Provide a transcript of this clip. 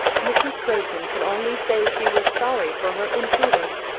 mrs. crayton could only say she was sorry for her imprudence,